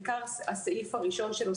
בעיקר הסעיף הראשון שלו,